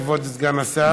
כבוד סגן השר.